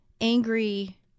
angry